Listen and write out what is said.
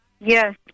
Yes